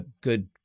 good